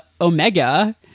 Omega